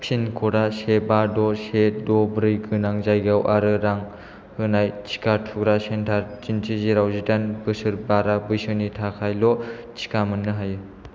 pin कडआ से बा द' से द' ब्रै गोनां जायगायाव आरो रां होनाय टिका थुग्रा सेन्टार दिन्थि जेराव जिदाइन बोसोर बारा बैसोनि थाखायल' टिका मोन्नो हायो